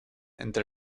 entre